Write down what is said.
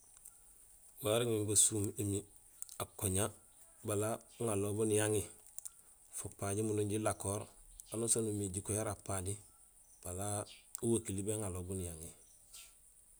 Warégmé basuum émiir akoña bala uŋanlool bun niyaŋi fook pa jimundum jilakoor anusaan numiir éjiko yara apali bala uwakili béŋanlool boon niyaŋi